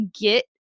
get